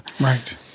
Right